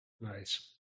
nice